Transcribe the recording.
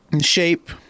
shape